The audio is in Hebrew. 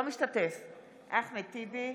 אחמד טיבי,